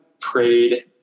prayed